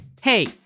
Hey